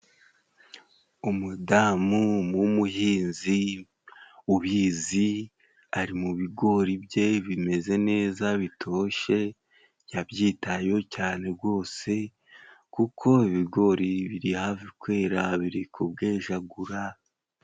Umudamu w'umuhinzi ubizi ari mu bigori bye, bimeze neza bitoshe yabyitayeho cyane gose kuko ibigori biri hafi kwera biri kubwejagura.